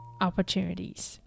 opportunities